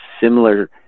similar